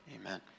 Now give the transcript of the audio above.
Amen